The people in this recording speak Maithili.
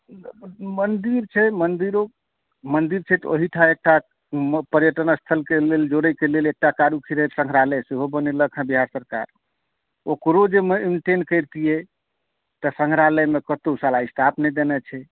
मन्दिर छै मन्दिर मन्दिर छै तऽ ओहिठाम एकटा नव पर्यटन स्थलके जोड़ैके लेल एकटा सङ्ग्रहालय सेहो बनेलक हँ बिहार सरकार ओकरो जे मेन्टेन करतियै तऽ सङ्ग्रहालयमे कतहुँ शाला स्टाफ नहि देनै छै